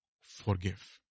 forgive